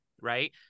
right